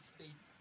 State